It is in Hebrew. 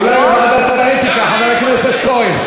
אולי לוועדת האתיקה, חבר הכנסת כהן?